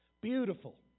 Beautiful